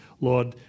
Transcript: Lord